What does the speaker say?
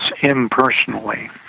impersonally